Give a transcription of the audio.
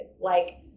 Like-